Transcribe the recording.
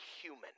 human